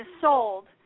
sold